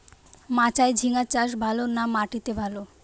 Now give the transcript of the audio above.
মাচায় ঝিঙ্গা চাষ ভালো না মাটিতে ভালো?